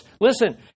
Listen